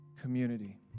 community